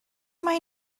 mae